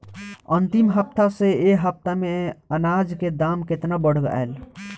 अंतिम हफ्ता से ए हफ्ता मे अनाज के दाम केतना बढ़ गएल?